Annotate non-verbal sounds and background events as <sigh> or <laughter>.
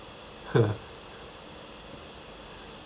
<laughs>